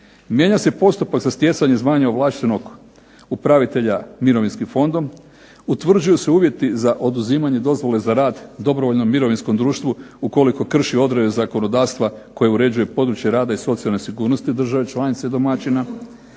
mijenja se postupak za stjecanje zvanja ovlaštenog upravitelja mirovinskim fondom, utvrđuju se uvjeti za oduzimanje dozvole za rad dobrovoljnom mirovinskom društvu ukoliko krši odredbe zakonodavstva koje uređuje područje rada i socijalne sigurnosti države članice domaćina,